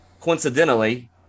Coincidentally